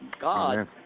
God